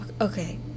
Okay